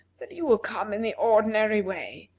that you will come in the ordinary way.